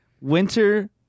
winter